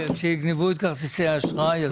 ומה יקרה כשיגנבו את כרטיסי האשראי?